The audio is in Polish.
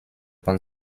pan